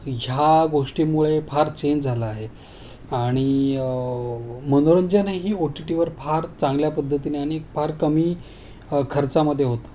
ह्या गोष्टींमुळे फार चेंज झालं आहे आणि मनोरंजनही ओटीटीवर फार चांगल्या पद्धतीने आणि फार कमी खर्चामदे होतं